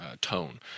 tone